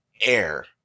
air